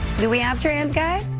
do we have transguide?